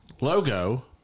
logo